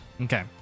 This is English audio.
Okay